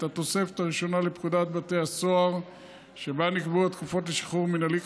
את התוספת הראשונה לפקודת בתי הסוהר שבה נקבעו התקופות לשחרור מינהלי,